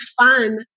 fun